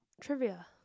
Trivia